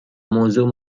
موضوع